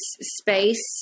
space